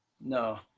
No